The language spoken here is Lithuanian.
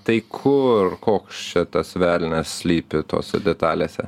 tai kur koks čia tas velnias slypi tose detalėse